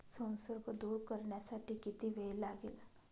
संसर्ग दूर करण्यासाठी किती वेळ लागेल?